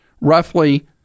roughly